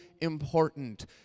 important